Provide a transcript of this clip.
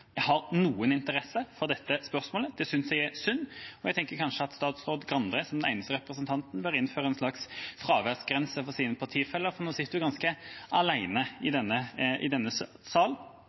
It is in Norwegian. jeg er synd. Kanskje burde statsråd Skei Grande, som den eneste representanten fra disse partiene, innføre en slags fraværsgrense for sine kolleger, for nå sitter hun ganske alene i denne salen – i